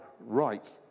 right